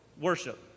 worship